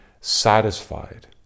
satisfied